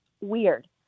weird